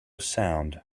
sound